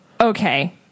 Okay